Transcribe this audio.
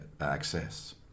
access